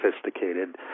sophisticated